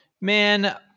man